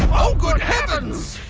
oh good heavens!